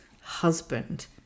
husband